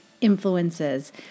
influences